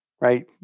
right